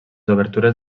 obertures